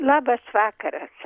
labas vakaras